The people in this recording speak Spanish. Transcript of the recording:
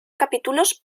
capítulos